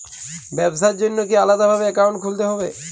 ব্যাবসার জন্য কি আলাদা ভাবে অ্যাকাউন্ট খুলতে হবে?